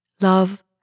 love